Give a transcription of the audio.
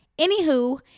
anywho